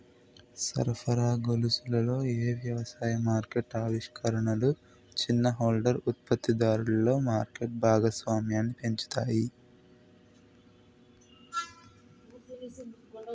సరఫరా గొలుసులలో ఏ వ్యవసాయ మార్కెట్ ఆవిష్కరణలు చిన్న హోల్డర్ ఉత్పత్తిదారులలో మార్కెట్ భాగస్వామ్యాన్ని పెంచుతాయి?